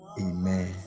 amen